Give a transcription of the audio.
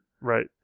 right